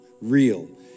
Real